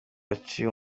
aciwe